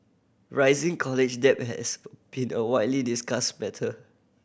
rising college debt has been a widely discussed matter